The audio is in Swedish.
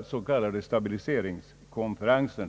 i så kallade stabiliseringskonferenser.